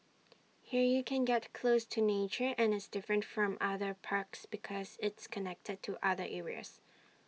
here you can get close to nature and it's different from other parks because it's connected to other areas